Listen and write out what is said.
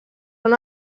són